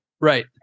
Right